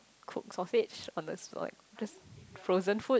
cook sausage on the spot or like just frozen food